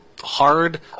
hard